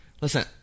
Listen